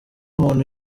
umuntu